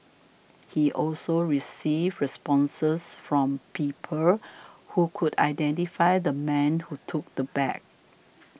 he also received responses from people who could identify the man who took the bag